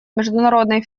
международной